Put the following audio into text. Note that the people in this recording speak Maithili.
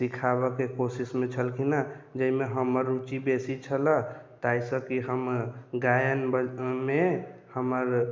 सिखाबऽके कोशिशमे छलखिन हँ जाहिमे हमर रुचि बेसी छलैए ताहिसँ कि हम गायनमे हमर